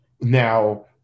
now